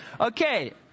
Okay